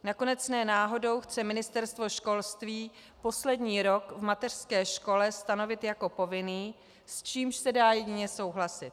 Nakonec ne náhodou chce Ministerstvo školství poslední rok v mateřské škole stanovit jako povinný, s čímž se dá jedině souhlasit.